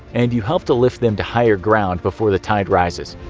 and you help to lift them to higher ground before the tide rises.